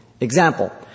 Example